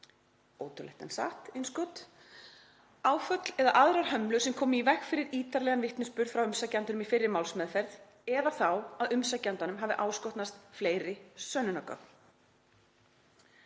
ótrúlegt en satt — „,áföll eða aðrar hömlur sem komu í veg fyrir ítarlegan vitnisburð frá umsækjandanum í fyrri málsmeðferð eða þá að umsækjandanum hafi áskotnast fleiri sönnunargögn.